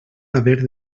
haver